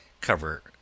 Cover